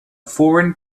foreign